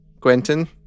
Gwenton